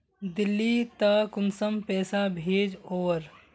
दिल्ली त कुंसम पैसा भेज ओवर?